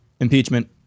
Impeachment